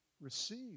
Receive